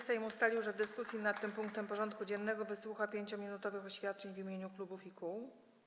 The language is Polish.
Sejm ustalił, że w dyskusji nad tym punktem porządku dziennego wysłucha 5-minutowych oświadczeń w imieniu klubów i kół.